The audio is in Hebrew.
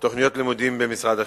תוכניות לימודים במשרד החינוך.